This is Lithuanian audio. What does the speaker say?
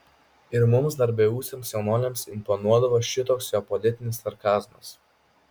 ir mums dar beūsiams jaunuoliams imponuodavo šitoks jo politinis sarkazmas